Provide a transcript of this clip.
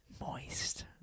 Moist